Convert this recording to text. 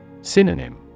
Synonym